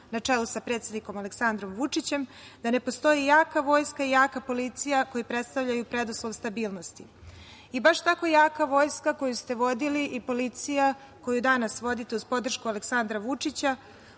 na čelu sa predsednikom Aleksandrom Vučićem, da ne postoji jaka vojska i jaka policija koji predstavljaju preduslov stabilnosti. Baš tako jaka vojska koju ste vodili i policija koju danas vodite uz podršku Aleksandra Vučića